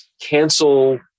cancel